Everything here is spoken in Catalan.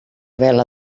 vela